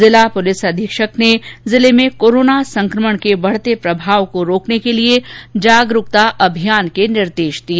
जिला पुलिस अधीक्षक ने जिले में कोरोना संकमण के बढ़ते प्रभाव को रोकने के लिए जागरूकता अभियान के निर्देश दिए